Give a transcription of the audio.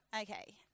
Okay